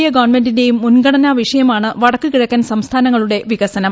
A ഗവൺമെന്റിന്റെയും മുൻഗണനാ വിഷയമാണ്വടക്ക്കിഴക്കൻ സംസ്ഥാനങ്ങളുടെവികസനം